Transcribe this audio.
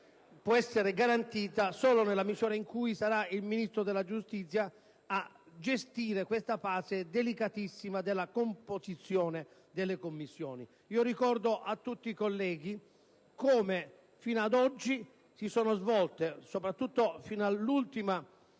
può essere garantita solo nella misura in cui sarà il Ministro della giustizia a gestire questa fase delicatissima della composizione delle commissioni. Ricordo a tutti i colleghi come fino ad oggi è stata regolata la questione, soprattutto fino all'ultima